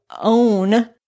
own